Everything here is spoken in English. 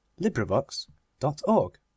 LibriVox.org